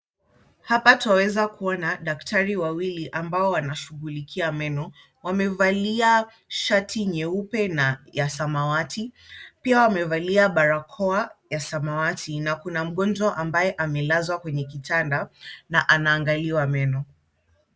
Hapa twaweza kuona daktari wawili ambao wanashughulikia meno. Wamevalia shati nyeupe na ya samawati. Pia wamevalia barakoa ya samawati na kuna mgonjwa ambaye amelazwa kwenye kitanda na anaangaliwa meno.